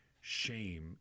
shame